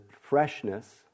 freshness